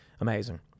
Amazing